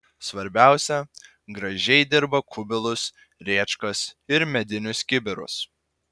svarbiausia gražiai dirba kubilus rėčkas ir medinius kibirus